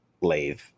lathe